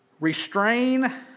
Restrain